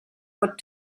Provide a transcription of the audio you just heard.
what